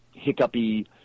hiccupy